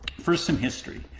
first some history.